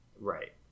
right